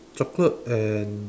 chocolate and